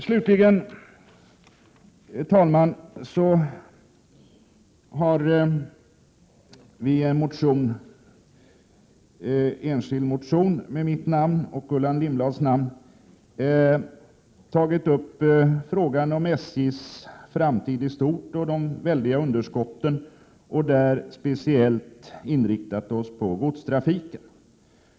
Slutligen, herr talman: I en enskild motion av mig och Gullan Lindblad har vi tagit upp frågan om SJ:s framtid i stort och de väldiga underskotten samt speciellt inriktat oss på godstrafiken.